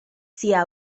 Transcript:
sia